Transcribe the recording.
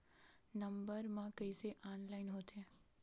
Number मा कइसे online होथे?